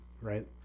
right